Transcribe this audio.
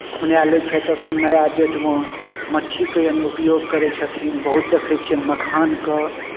खुनाए लै छथि एखन नया डेटमे मच्छीके यानि उपयोग करै छथिन बहुत देखै छियनि मखानके